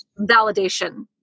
validation